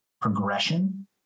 progression